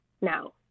now